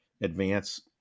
advance